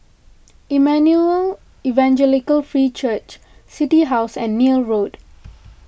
Emmanuel Evangelical Free Church City House and Neil Road